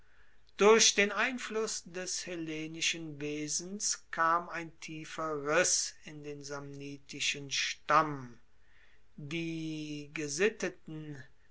durch den einfluss des hellenischen wesens kam ein tiefer riss in den samnitischen stamm die gesitteten